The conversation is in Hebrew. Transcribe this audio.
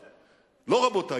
לא, רבותי.